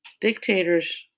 dictators